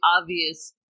obvious